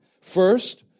First